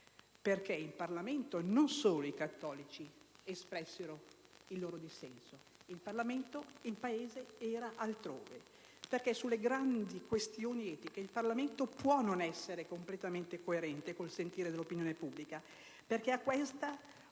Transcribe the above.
perché in questa sede non solo i cattolici espressero il loro dissenso. Il Paese era altrove poiché sulle grandi questioni etiche il Parlamento può non essere completamente coerente col sentire dell'opinione pubblica perché a questa